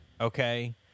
Okay